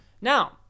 Now